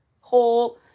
whole